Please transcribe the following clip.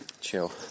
chill